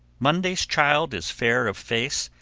monday's child is fair of face,